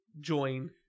join